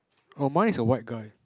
oh mine is a white guy